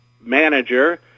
manager